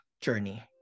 journey